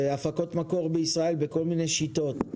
הפקות מקור בישראל בכל מיני שיטות.